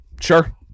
sure